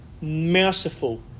merciful